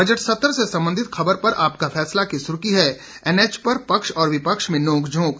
budget सत्र से संबंधित खबर पर आपका फैसला की सुर्खी है एनएच पर पक्ष और विपक्ष में नोकझोंक